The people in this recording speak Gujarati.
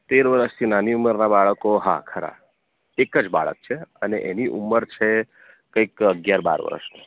તેર વર્ષથી નાની ઉંમરનાં બાળકો હા ખરા એક જ બાળક છે અને એની ઉંમર છે કઇંક અગિયાર બાર વર્ષ